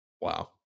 Wow